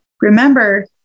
Remember